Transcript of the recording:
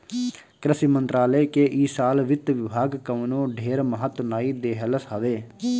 कृषि मंत्रालय के इ साल वित्त विभाग कवनो ढेर महत्व नाइ देहलस हवे